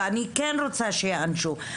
אני כן רוצה שהם ייענשו.